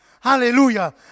hallelujah